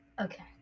Okay